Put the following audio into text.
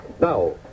Now